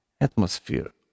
atmosphere